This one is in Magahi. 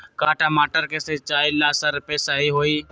का टमाटर के सिचाई ला सप्रे सही होई?